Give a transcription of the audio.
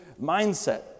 mindset